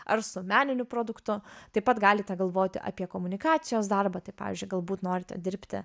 ar su meniniu produktu taip pat galite galvoti apie komunikacijos darbą tai pavyzdžiui galbūt norite dirbti